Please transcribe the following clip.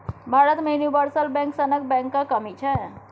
भारत मे universal bank सनक बैंकक कमी छै